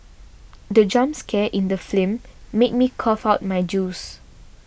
the jump scare in the film made me cough out my juice